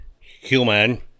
human